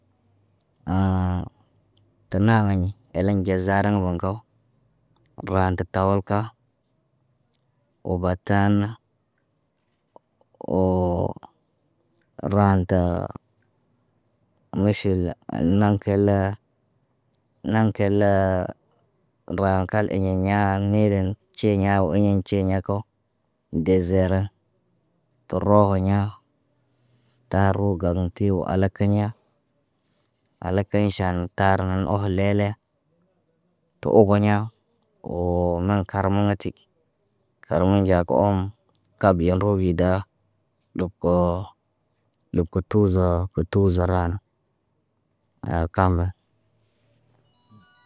tə maraɲi, agaɲ ɟazara wankow. Giyaan tə tawalka, woo batan, woo, riyanta, miʃil naŋg kilaa, naŋg kilaa daŋg kal iɲa ɲaa ŋgəələn. Co ɲaŋg uɲaŋg cu ɲako gezere. Tə rooko ɲaa tarr galaŋg ti wo ala kiɲa. Alakiɲ ʃan tar oho lele. Tə ogoɲa, woo naŋg karmatik. Karmoŋg nɟaa kə oŋg kab gal rookida.